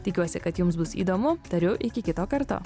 tikiuosi kad jums bus įdomu tariu iki kito karto